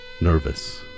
nervous